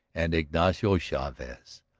and ignacio chavez,